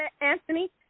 Anthony